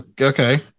Okay